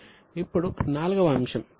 ఇప్పుడు IV వ అంశం ఖర్చులు